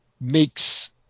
makes